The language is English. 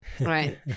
Right